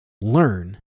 learn